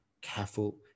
careful